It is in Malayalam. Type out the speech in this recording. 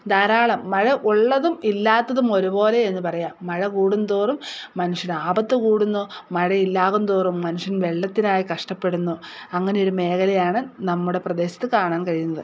ധാരാളം മഴ ഉള്ളതും ഇല്ലാത്തതും ഒരുപ്പോലെ എന്നു പറയാം മഴ കൂടുംതോറും മനുഷ്യനു ആപത്തു കൂടുന്നു മഴ ഇല്ലാകുംതോറും മനുഷ്യൻ വെള്ളത്തിനായി കഷ്ടപ്പെടുന്നു അങ്ങനെ ഒരു മേഖലയാണ് നമ്മുടെ പ്രദേശത്ത് കാണാൻ കഴിയുന്നത്